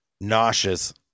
nauseous